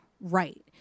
right